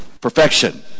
Perfection